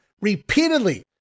repeatedly